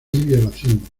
violación